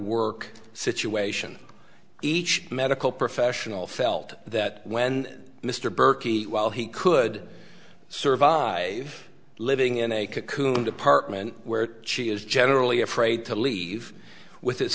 work situation each medical professional felt that when mr burkey while he could survive living in a cocoon department where she is generally afraid to leave with his